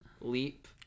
leap